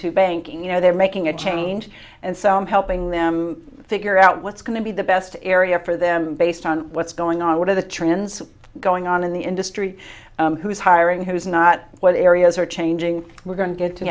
to banking you know they're making a change and so i'm helping them figure out what's going to be the best area for them based on what's going on what are the trends going on in the industry who's hiring who's not what areas are changing we're going to get to